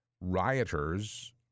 rioters